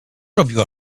robiła